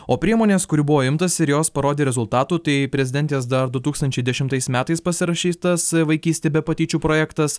o priemonės kurių buvo imtasi ir jos parodė rezultatų tai prezidentės dar du tūkstančiai dešimtais metais pasirašytas vaikystė be patyčių projektas